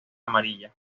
amarilla